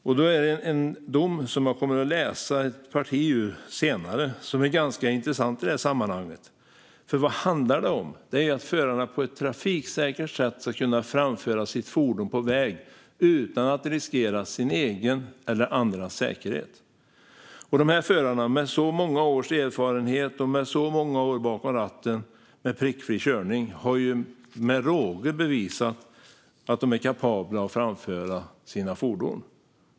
Det finns en dom som jag senare kommer att läsa ett parti ur som är ganska intressant i sammanhanget. Vad handlar detta om? Det handlar om att förarna på ett trafiksäkert sätt ska kunna framföra sitt fordon på väg utan att riskera sin egen eller andras säkerhet. Dessa förare, med många års erfarenhet och med många års prickfri körning, har med råge bevisat att de är kapabla att framföra sina fordon.